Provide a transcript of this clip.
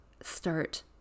Start